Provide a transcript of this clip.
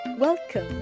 Welcome